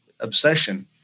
obsession